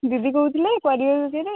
ଦିଦି କହୁଥିଲେ ପରିବା ବେପାରୀ